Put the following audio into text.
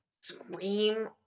scream